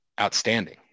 outstanding